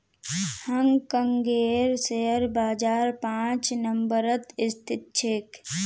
हांग कांगेर शेयर बाजार पांच नम्बरत स्थित छेक